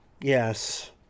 yes